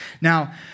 now